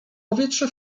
powietrze